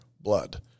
blood